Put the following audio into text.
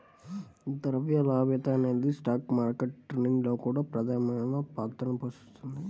ద్రవ్య లభ్యత అనేది స్టాక్ మార్కెట్ ట్రేడింగ్ లో కూడా ప్రధానమైన పాత్రని పోషిస్తుంది